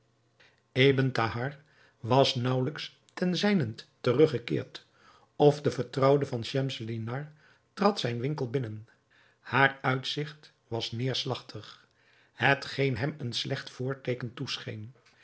was nauwelijks ten zijnent teruggekeerd of de vertrouwde van schemselnihar trad zijn winkel binnen haar uitzigt was neêrslagtig hetgeen hem een slecht voorteeken toescheen